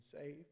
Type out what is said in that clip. saved